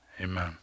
amen